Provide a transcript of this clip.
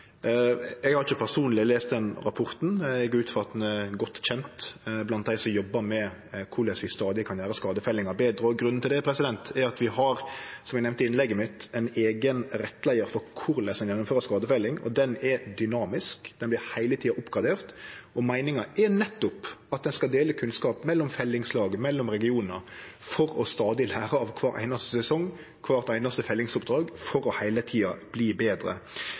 Eg har ikkje personleg lese den rapporten. Eg går ut frå at han er godt kjend blant dei som jobbar med korleis vi stadig kan gjere skadefellinga betre. Grunnen til det er at vi har, som eg nemnde i innlegget mitt, ein eigen rettleiar for korleis ein gjennomfører skadefelling. Den rettleiaren er dynamisk og vert heile tida oppgradert, og meininga er nettopp at ein skal dele kunnskap mellom fellingslag og mellom regionar for stadig å lære av kvar einaste sesong og kvart einaste fellingsoppdrag, for heile tida å verte betre.